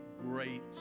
great